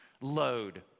load